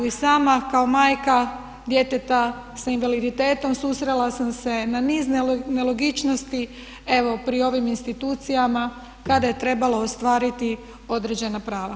I sama kao majka djeteta s invaliditetom susrela sam se na niz nelogičnosti evo pri ovim institucijama kada je trebalo ostvariti određena prava.